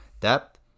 depth